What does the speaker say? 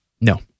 No